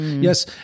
Yes